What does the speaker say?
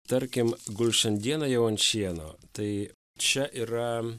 tarkim guls šiandieną jau ant šieno tai čia yra